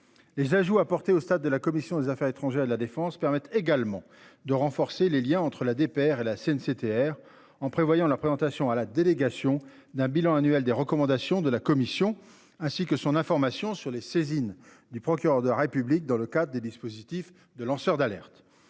Les ajouts apportés au stade de la commission des affaires étrangères de la Défense permettent également de renforcer les Liens entre la DPR et la CNCTR en prévoyant la présentation à la délégation d'un bilan annuel des recommandations de la commission, ainsi que son information sur les saisine du procureur de la République dans le cadre des dispositifs de lanceurs d'alerte.